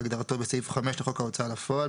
כהגדרתו בסעיף 5 לחוק ההוצאה לפועל,